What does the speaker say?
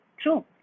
True